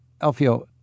Alfio